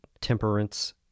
temperance